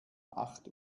acht